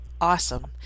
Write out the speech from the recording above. awesome